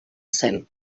zen